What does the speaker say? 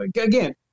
again